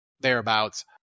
thereabouts